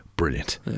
brilliant